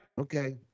Okay